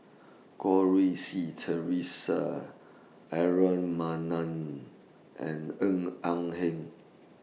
Goh Rui Si Theresa Aaron Maniam and Ng Eng Hen